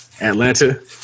Atlanta